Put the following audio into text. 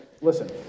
listen